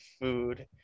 food